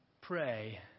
pray